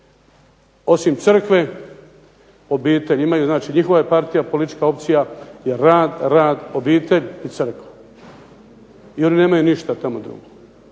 Osim crkve obitelj imaju znači njihova je partija politička opcija je rad, rad obitelj i crkva i oni nemaju ništa tamo drugo.